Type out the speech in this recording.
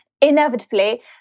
Inevitably